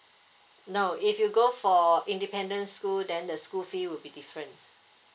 no if you go for a independent school then the school fee will be different